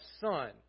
son